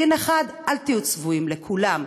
דין אחד, אל תהיו צבועים, לכולם.